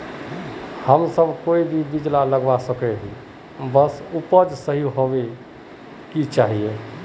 हम सब कोई भी बीज लगा सके ही है बट उपज सही होबे क्याँ चाहिए?